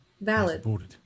Valid